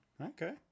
Okay